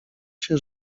się